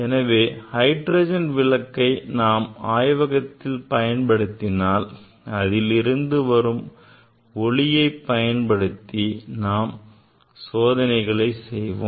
எனவே ஹைட்ரஜன் விளக்கை நாம் ஆய்வகத்தில் பயன்படுத்தினால் அதிலிருந்து வரும் ஒளியைப் பயன்படுத்தி நாம் சோதனையை செய்வோம்